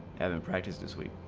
and and practice this week